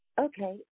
Okay